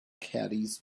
carries